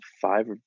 five